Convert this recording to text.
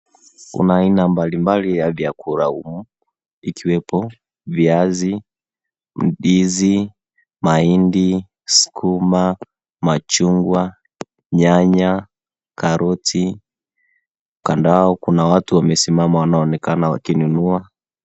Kuna aina mbalimbali ya vyakula humu ikiwepo viazi, ndizi, mahindi, sukuma, machungwa, nyanya, karoti. Kando yao kuna watu wamesimama wanaonekana wakinunua.